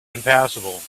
impassable